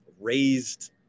raised